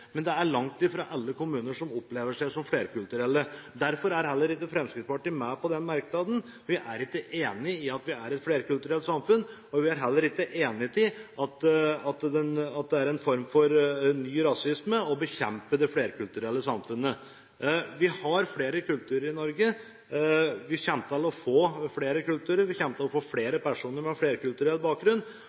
ikke enig i at vi er et flerkulturelt samfunn. Vi er heller ikke enig i at det er en form for ny rasisme å bekjempe det flerkulturelle samfunnet. Vi har flere kulturer i Norge, vi kommer til å få flere kulturer, og vi kommer til å få flere personer med flerkulturell bakgrunn.